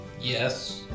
Yes